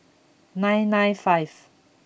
nine nine five